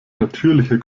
natürlicher